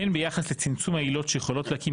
הן ביחס לצמצום העילות שיכולות להקים